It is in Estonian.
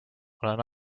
olen